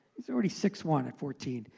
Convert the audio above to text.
he's already six one at fourteen.